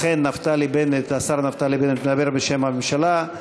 ואכן, השר נפתלי בנט ידבר בשם הממשלה,